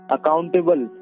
Accountable